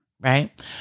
Right